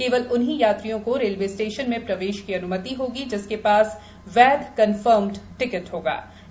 केवल उन्हीं यात्रियों को रेलवे स्टेशन में प्रवेश की अन्मति होगी जिसके पास वैध कन्फर्म्ड टिकट हो गा